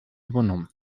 übernommen